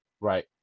Right